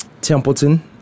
Templeton